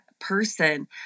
person